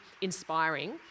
inspiring